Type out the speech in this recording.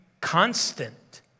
constant